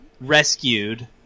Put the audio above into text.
rescued